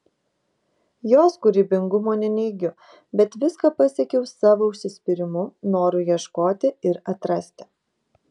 jos kūrybingumo neneigiu bet viską pasiekiau savo užsispyrimu noru ieškoti ir atrasti